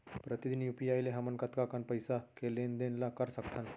प्रतिदन यू.पी.आई ले हमन कतका कन पइसा के लेन देन ल कर सकथन?